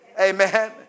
Amen